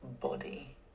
body